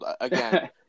Again